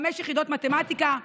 חמש יחידות מתמטיקה,